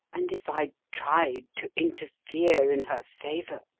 and if i'd tried to interfere in her favour,